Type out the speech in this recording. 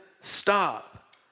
stop